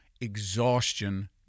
exhaustion